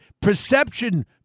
perception